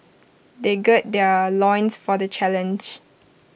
they gird their loins for the challenge